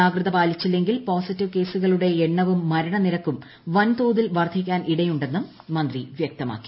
ജാഗ്രത പാലിച്ചില്ലെങ്കിൽ പോസിറ്റീവ് കേസുകളുടെ എണ്ണവും മരണനിരക്കും വൻ തോതിൽ വർധിക്കാൻ ഇടയുണ്ടെന്നും മന്ത്രി വ്യക്തമാക്കി